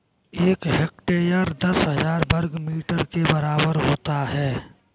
एक हेक्टेयर दस हजार वर्ग मीटर के बराबर होता है